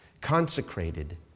consecrated